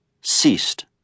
ceased